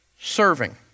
serving